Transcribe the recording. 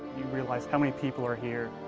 you realize how many people are here,